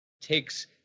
takes